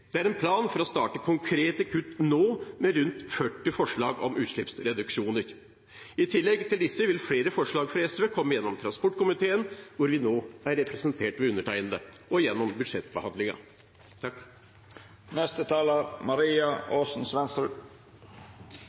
Det er en plan for å starte konkrete kutt nå, med rundt 40 forslag om utslippsreduksjoner. I tillegg til disse vil flere forslag fra SV komme gjennom transportkomiteen, hvor vi nå er representert ved undertegnede, og gjennom